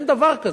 אין דבר כזה.